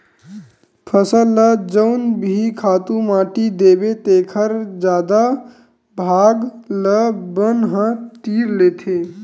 फसल ल जउन भी खातू माटी देबे तेखर जादा भाग ल बन ह तीर लेथे